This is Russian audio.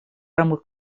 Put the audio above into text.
рамках